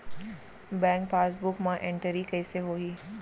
Bank passbook मा entry कइसे होही?